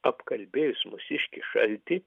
apkalbėjus mūsiškį šaltį